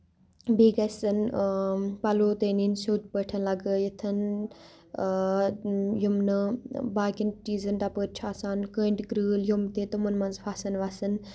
بیٚیہِ گَژھن پَلو تہِ نِنۍ سیٚود پٲٹھۍ لَگٲیِتھ یِم نہٕ باقیَن چیٖزَن تَپٲرۍ چھِ آسان کٔنڈۍ کرۭلۍ یِم تہِ تِمَن منٛز پھسَن وَسَن